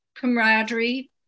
camaraderie